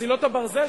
שמסילות הברזל,